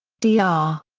d r.